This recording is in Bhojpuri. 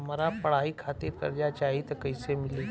हमरा पढ़ाई खातिर कर्जा चाही त कैसे मिली?